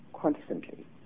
constantly